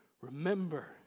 Remember